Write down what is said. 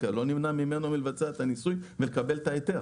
לא נמנע ממנו לבצע את הניסוי ולקבל את ההיתר.